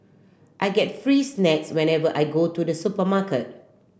I get free snacks whenever I go to the supermarket